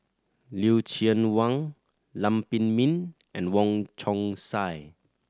Lucien Wang Lam Pin Min and Wong Chong Sai